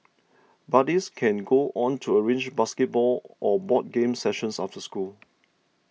buddies can go on to arrange basketball or board games sessions after school